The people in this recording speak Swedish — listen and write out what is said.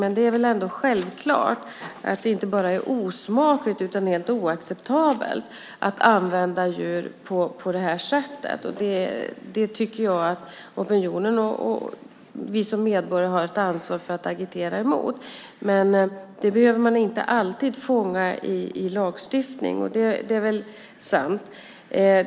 Men det är väl ändå självklart att det inte bara är osmakligt utan också helt oacceptabelt att använda djur på det här sättet. Jag tycker att opinionen och vi som medborgare har ett ansvar att agitera mot det. Men det behöver man inte alltid fånga i lagstiftning; det är väl sant.